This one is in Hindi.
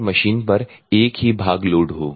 और मशीन पर एक ही भाग लोड हो